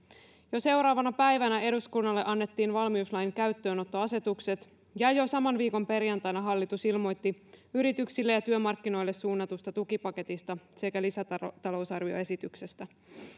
jo seuraavana päivänä eduskunnalle annettiin valmiuslain käyttöönottoasetukset ja jo saman viikon perjantaina hallitus ilmoitti yrityksille ja työmarkkinoille suunnatusta tukipaketista sekä lisätalousarvioesityksestä